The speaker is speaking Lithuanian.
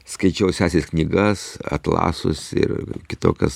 skaičiau sesės knygas atlasus ir kitokias